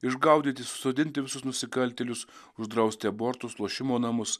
išgaudyti susodinti visus nusikaltėlius uždrausti abortus lošimo namus